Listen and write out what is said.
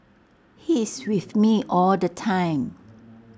he's with me all the time